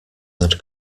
had